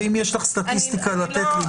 ואם יש לך סטטיקה לתת לי,